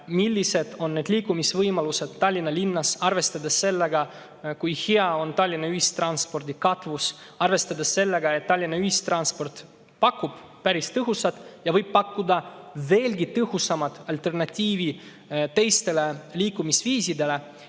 millised on liikumisvõimalused Tallinna linnas, arvestades seda, kui hea on Tallinna ühistranspordi katvus, ja arvestades seda, et Tallinna ühistransport pakub päris tõhusat alternatiivi – ja võib pakkuda veelgi tõhusamat alternatiivi – teistele liikumisviisidele.